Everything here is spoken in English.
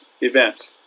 event